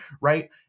Right